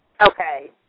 Okay